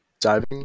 diving